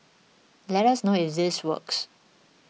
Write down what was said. let us know if this works